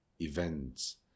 events